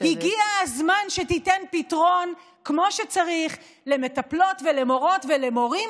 הגיע הזמן שתיתן פתרון כמו שצריך למטפלות ולמורות ולמורים,